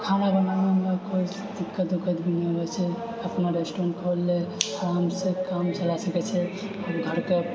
खाना बनाबैमे हमरा कोइ दिक्कत विक्कत भी नही होइ छै अपना रेस्टोरेन्ट खोलि लै हम सभ काम चला सकै छियै घरके